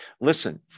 Listen